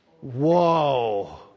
whoa